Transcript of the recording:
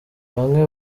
bamwe